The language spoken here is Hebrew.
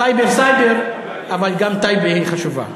סייבר, סייבר, אבל גם טייבה היא חשובה.